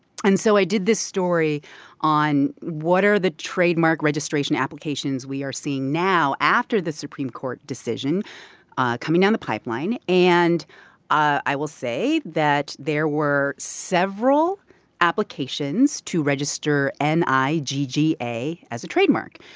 and so i did this story on what are the trademark registration applications we are seeing now after the supreme court decision coming down the pipeline? and i will say that there were several applications to register n i g g a as a trademark.